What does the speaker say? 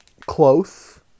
close